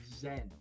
Zen